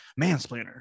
mansplainer